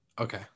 Okay